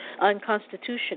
unconstitutional